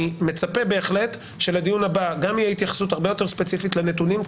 אני מצפה בהחלט שלדיון הבא גם תהיה התייחסות הרבה יותר ספציפית לנתונים,